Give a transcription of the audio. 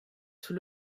sous